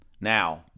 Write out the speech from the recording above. Now